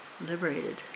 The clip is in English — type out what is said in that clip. liberated